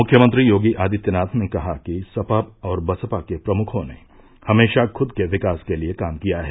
मुख्यमंत्री योगी आदित्यनाथ ने कहा कि सपा और बसपा के प्रमुखों ने हमेशा खुद के विकास के लिये काम किया है